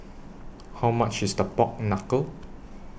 How much IS The Pork Knuckle